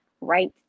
right